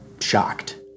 shocked